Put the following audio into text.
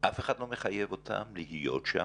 אף אחד לא מחייב אותם להיות שם,